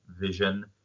vision